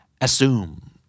Assume